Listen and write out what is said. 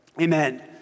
amen